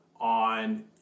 on